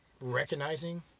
recognizing